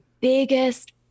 biggest